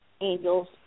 angels